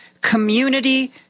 Community